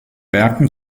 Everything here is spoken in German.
werken